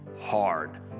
hard